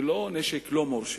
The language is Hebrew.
ולא רק נשק לא מורשה.